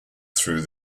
through